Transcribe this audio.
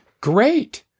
great